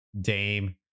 Dame